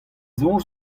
soñj